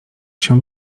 się